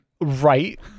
Right